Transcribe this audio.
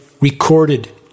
recorded